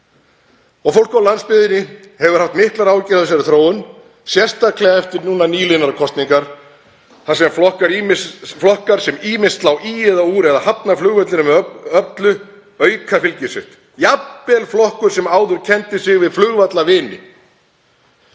Fólk á landsbyggðinni hefur haft miklar áhyggjur af þessari þróun, sérstaklega eftir nýliðnar kosningar þar sem flokkar sem ýmist slá í eða úr eða hafna flugvellinum með öllu auka fylgi sitt, jafnvel flokkur sem áður kenndi sig við flugvallarvini.